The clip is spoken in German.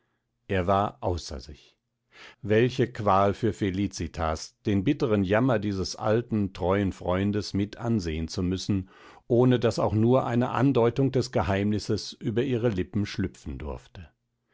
er war außer sich welche qual für felicitas den bitteren jammer dieses alten treuen freundes mit ansehen zu müssen ohne daß auch nur eine andeutung des geheimnisses über ihre lippen schlüpfen durfte